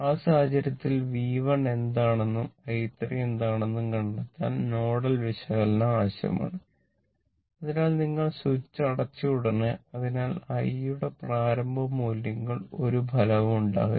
ആ സാഹചര്യത്തിൽ V1 എന്താണെന്നും i3 എന്താണെന്നും കണ്ടെത്താൻ നോഡൽ വിശകലനം ആവശ്യമാണ് അതിനാൽ നിങ്ങൾ സ്വിച്ച് അടച്ചയുടനെ അതിനാൽ i യുടെ പ്രാരംഭ മൂല്യത്തിൽ ഒരു ഫലവും ഉണ്ടാകില്ല